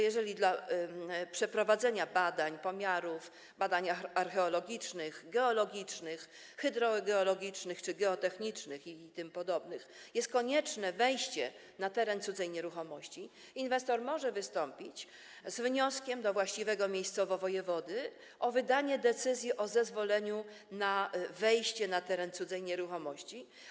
Jeżeli do przeprowadzenia badań, pomiarów, badań archeologicznych, geologicznych, hydrogeologicznych czy geotechnicznych itp. jest konieczne wejście na teren cudzej nieruchomości, inwestor może wystąpić z wnioskiem do właściwego miejscowo wojewody o wydanie decyzji o zezwoleniu na wejście na teren cudzej nieruchomości.